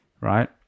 right